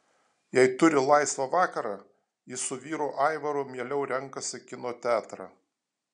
jei turi laisvą vakarą ji su vyru aivaru mieliau renkasi kino teatrą